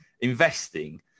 investing